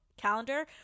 calendar